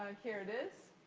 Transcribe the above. here it is.